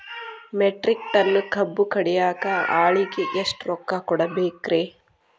Metric tonne ಕಬ್ಬು ಕಡಿಯಾಕ ಆಳಿಗೆ ಎಷ್ಟ ರೊಕ್ಕ ಕೊಡಬೇಕ್ರೇ?